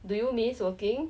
do you miss working